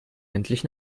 endlich